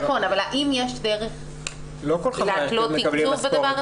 נכון, אבל האם יש דרך להתלות תקצוב בדבר הזה?